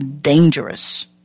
dangerous